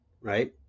right